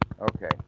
Okay